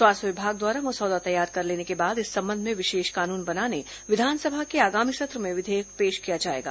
स्वास्थ्य विभाग द्वारा मसौदा तैयार कर लेने के बाद इस संबंध में विशेष कानुन बनाने विधानसभा के आगामी सत्र में विधेयक पेश किया जाएगा